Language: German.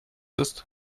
ist